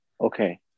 okay